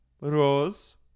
Rose